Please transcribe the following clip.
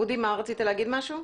אודי, רצית להגיד עוד משהו?